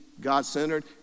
God-centered